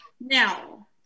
Now